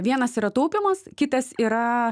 vienas yra taupymas kitas yra